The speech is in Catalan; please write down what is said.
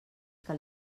que